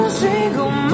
single